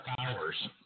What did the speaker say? hours